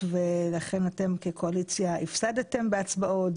ולכן אתם כקואליציה הפסדתם בהצבעות,